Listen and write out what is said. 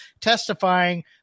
testifying